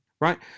right